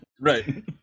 right